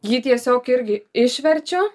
jį tiesiog irgi išverčiu